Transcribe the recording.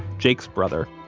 jake's brother,